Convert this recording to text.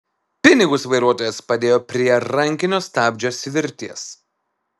pinigus vairuotojas padėjo prie rankinio stabdžio svirties